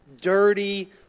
dirty